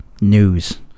news